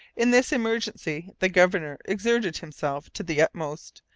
in this emergency the governor exerted himself to the utmost,